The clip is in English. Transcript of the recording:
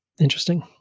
interesting